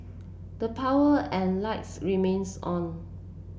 the power and lights remains on